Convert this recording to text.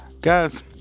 Guys